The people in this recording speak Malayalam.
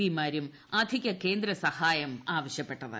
പി മാരും അധിക കേന്ദ്രസഹായം ആവശ്യപ്പെട്ടത്